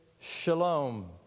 shalom